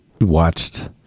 watched